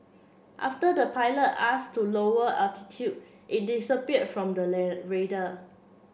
after the pilot asked to lower altitude it disappeared from the radar